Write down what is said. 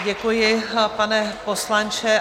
Děkuji, pane poslanče.